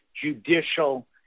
judicial